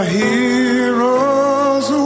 heroes